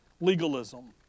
Legalism